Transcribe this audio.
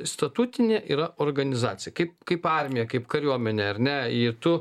statutinė yra organizacija kaip kaip armija kaip kariuomenė ar ne i tu